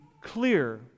clear